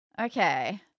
Okay